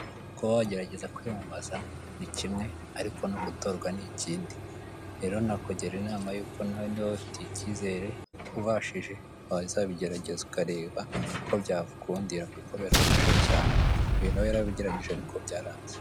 Kuba wagerageza kwiyamamaza ni kimwe ariko no gutorwa ni ikindi. Rero nakugira inama yuko nawe niba wifiteye ikizere, ubashije wazabigerageza ukareba ko byagukundira, kuko birafasha cyane uyu na we yarabigerageje ariko byaranze.